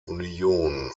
union